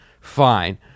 fine